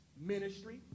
Ministry